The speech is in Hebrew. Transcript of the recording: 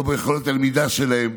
לא ביכולת הלמידה שלהם.